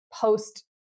post